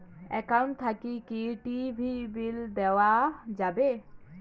Account থাকি কি TV bill দেওয়া যাবে?